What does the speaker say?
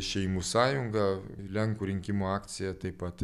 šeimų sąjunga lenkų rinkimų akcija taip pat